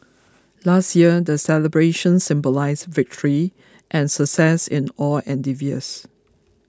last year the celebrations symbolised victory and success in all endeavours